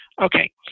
Okay